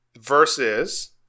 Versus